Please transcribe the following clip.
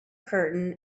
curtain